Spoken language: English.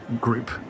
group